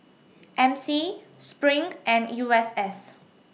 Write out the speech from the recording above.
M C SPRING and U S S